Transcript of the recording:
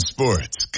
Sports